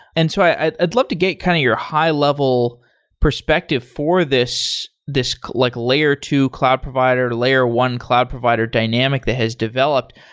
and so i'd i'd love to get kind of high-level perspective for this this like layer two cloud provider, layer one cloud provider dynamic that has developed.